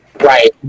Right